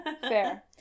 Fair